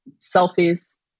selfies